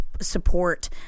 support